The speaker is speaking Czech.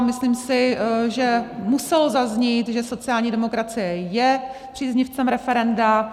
A myslím si, že muselo zaznít, že sociální demokracie je příznivcem referenda.